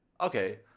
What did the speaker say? okay